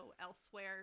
elsewhere